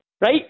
right